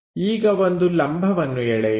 ಈಗ ಒಂದು ಲಂಬವನ್ನು ಎಳೆಯಿರಿ